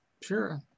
Sure